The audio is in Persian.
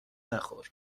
نخور